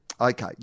okay